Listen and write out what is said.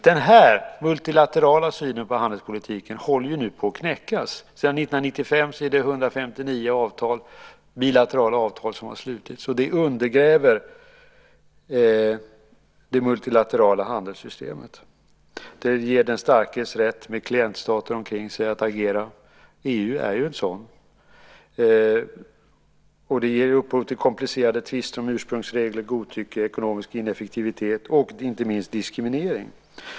Den här multilaterala synen på handelspolitiken håller nu på att knäckas. Sedan 1995 har 159 bilaterala avtal slutits. Det undergräver det multilaterala handelssystemet. Det ger den starke med klientstater omkring sig rätt att agera. EU är en sådan. Det ger upphov till komplicerade tvister om ursprungsregler, godtycke, ekonomisk ineffektivitet och inte minst diskriminering.